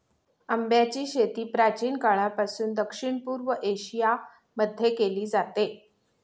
आंब्याची शेती प्राचीन काळापासून दक्षिण पूर्व एशिया मध्ये केली जाते